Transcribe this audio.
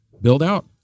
build-out